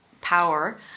power